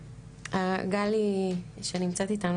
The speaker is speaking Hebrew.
גלי מנעמ"ת, שנמצאת איתנו